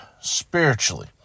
spiritually